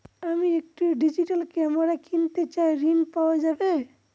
আমি একটি digital camera কিনতে চাই ঝণ পাওয়া যাবে?